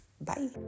bye